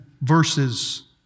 verses